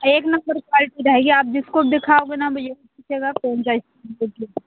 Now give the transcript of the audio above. एक number quality रहेगी आप जिसको भी दिखाओगे ना वो यही पूछेगा कोनसा